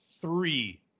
three